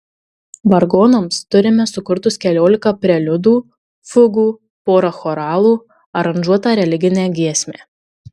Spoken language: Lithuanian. vargonams turime sukurtus keliolika preliudų fugų porą choralų aranžuotą religinę giesmę